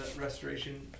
restoration